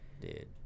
Dude